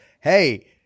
hey